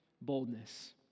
boldness